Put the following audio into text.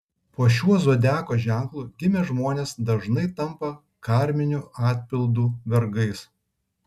po šiuo zodiako ženklu gimę žmonės dažnai tampa karminių atpildų vergais